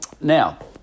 Now